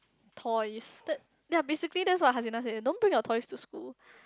toys t~ ya basically that's what Hasina said don't bring your toys to school